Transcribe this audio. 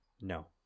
No